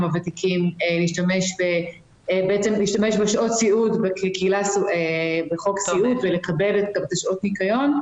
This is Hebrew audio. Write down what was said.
הוותיקים להשתמש בשעות סיעוד בחוק סיעוד ולקבל את שעות הניקיון.